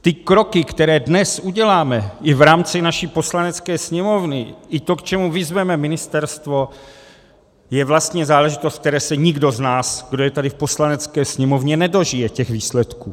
Ty kroky, které dnes uděláme i v rámci naší Poslanecké sněmovny, i to, k čemu vyzveme ministerstvo, je vlastně záležitost, které se nikdo z nás, kdo je tady v Poslanecké sněmovně, nedožije, těch výsledků.